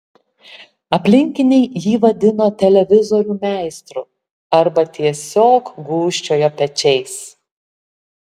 aplinkiniai jį vadino televizorių meistru arba tiesiog gūžčiojo pečiais